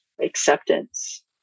acceptance